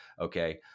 okay